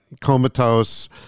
comatose